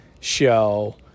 show